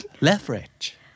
Leverage